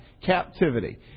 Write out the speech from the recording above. captivity